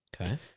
Okay